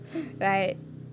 right